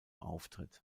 auftritt